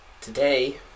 today